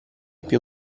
più